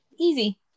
easy